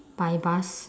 by bus